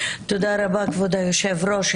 תודה רבה כבוד היו"ר,